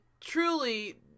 truly